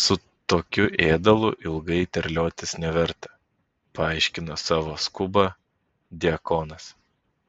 su tokiu ėdalu ilgai terliotis neverta paaiškino savo skubą diakonas